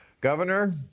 Governor